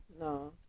No